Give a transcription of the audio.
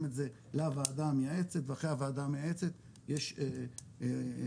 את זה לוועדה המייעצת ואחרי הוועדה המייעצת יש הערות